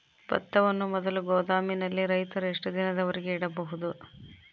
ಭತ್ತವನ್ನು ಮೊದಲು ಗೋದಾಮಿನಲ್ಲಿ ರೈತರು ಎಷ್ಟು ದಿನದವರೆಗೆ ಇಡಬಹುದು?